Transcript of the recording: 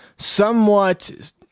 Somewhat